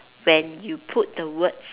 when you put the words